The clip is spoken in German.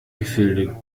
gefilde